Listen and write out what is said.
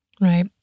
Right